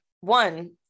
One